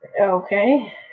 Okay